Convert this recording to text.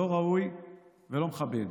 לא ראוי ולא מכבד.